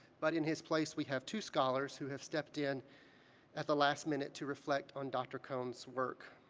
but in his place, we have two scholars who have stepped in at the last minute to reflect on dr. cone's work.